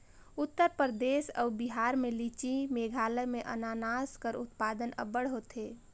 उत्तर परदेस अउ बिहार में लीची, मेघालय में अनानास कर उत्पादन अब्बड़ होथे